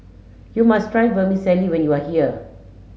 you must try Vermicelli when you are here